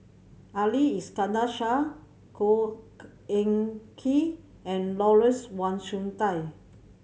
Ali Iskandar Shah Khor Ean Ghee and Lawrence Wong Shyun Tsai